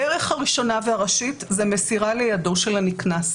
הדרך הראשונה והראשית זה מסירה לידו של הנקנס,